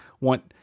want